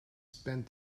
spent